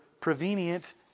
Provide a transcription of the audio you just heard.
prevenient